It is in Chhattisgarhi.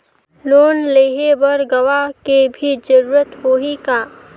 लोन लेहे बर गवाह के भी जरूरत होही का?